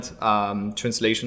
translation